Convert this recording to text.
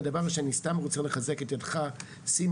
ודבר שאני סתם רוצה לחזק את ידך סימון,